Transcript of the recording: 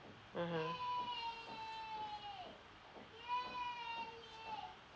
(uh huh)